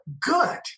good